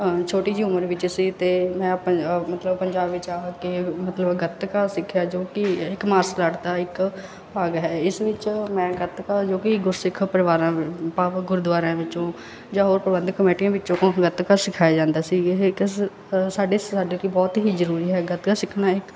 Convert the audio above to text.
ਛੋਟੀ ਜਿਹੀ ਉਮਰ ਵਿੱਚ ਸੀ ਅਤੇ ਮੈਂ ਪੰਜਾ ਮਤਲਬ ਪੰਜਾਬ ਵਿੱਚ ਆ ਕੇ ਮਤਲਬ ਗੱਤਕਾ ਸਿੱਖਿਆ ਜੋ ਕਿ ਇੱਕ ਮਾਰਸਲ ਆਰਟ ਦਾ ਇੱਕ ਭਾਗ ਹੈ ਇਸ ਵਿੱਚ ਮੈਂ ਗੱਤਕਾ ਜੋ ਕਿ ਗੁਰਸਿੱਖ ਪਰਿਵਾਰਾਂ ਭਾਵ ਗੁਰਦੁਆਰਿਆਂ ਵਿੱਚੋਂ ਜਾਂ ਹੋਰ ਪ੍ਰਬੰਧਕ ਕਮੇਟੀਆਂ ਵਿੱਚੋਂ ਗੱਤਕਾ ਸਿਖਾਇਆ ਜਾਂਦਾ ਸੀ ਇਹ ਇੱਕ ਸ ਸਾਡੇ ਸਾਡੇ ਕੀ ਬਹੁਤ ਹੀ ਜ਼ਰੂਰੀ ਹੈ ਗੱਤਕਾ ਸਿੱਖਣਾ ਇੱਕ